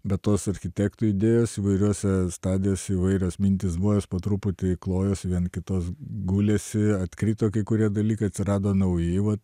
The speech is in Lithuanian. be tos architektų idėjos įvairiose stadijose įvairios mintys buvo jos po truputį klojosi viena kitos gulėsi atkrito kai kurie dalykai atsirado naujai vat